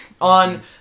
on